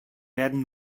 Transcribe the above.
werden